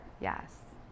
Yes